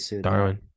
Darwin